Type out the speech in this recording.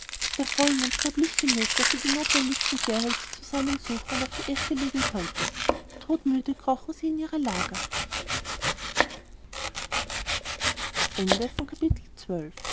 der vollmond gab licht genug daß sie die notwendigsten querhölzer zusammensuchen und auf die äste auflegen konnten todmüde krochen sie in ihre lager